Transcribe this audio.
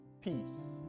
peace